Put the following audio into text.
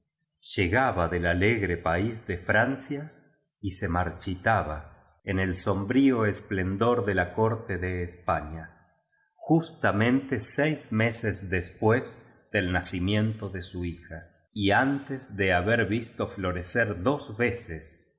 parecíallegaba del alegre país de francia y se marchitaba en el sombrío esplendor de la corte de españa justamente seis meses después del nacimiento de su hija y antes de haber visto florecer dos veces el